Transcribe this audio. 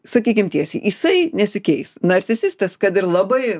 sakykim tiesiai jisai nesikeis narcisistas kad ir labai